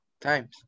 times